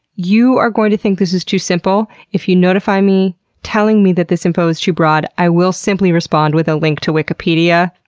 you are going to think this is too simple. if you notify me telling me this info is too broad, i will simply respond with a link to wikipedia.